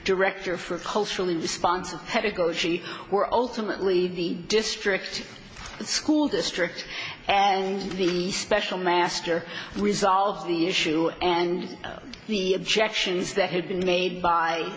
director for a culturally responsive pedagogy were ultimately the district school district and the special master resolve the issue and the objections that had been made by